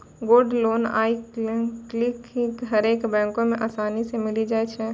gold loan आइ काल्हि हरेक बैको मे असानी से मिलि जाय छै